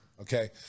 Okay